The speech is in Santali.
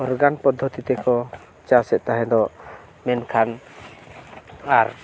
ᱚᱨᱜᱟᱱ ᱯᱚᱫᱽᱫᱷᱚᱛᱤ ᱛᱮᱠᱚ ᱪᱟᱥᱮᱜ ᱛᱟᱦᱮᱸ ᱫᱚᱜ ᱢᱮᱱᱠᱷᱟᱱ ᱟᱨ